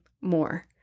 more